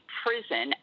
prison